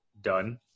done